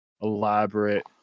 elaborate